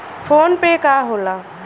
PhonePe का होला?